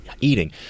eating